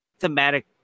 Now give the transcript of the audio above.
thematic